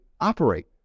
operate